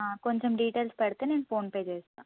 కొంచెం డీటెయిల్స్ పెడితే నేను ఫోన్పే చేస్తాను